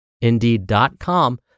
indeed.com